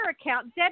account